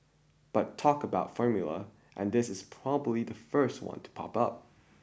but talk about formulae and this is probably the first one to pop up